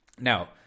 Now